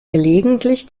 gelegentlich